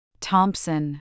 Thompson